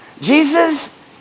Jesus